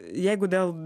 jeigu dėl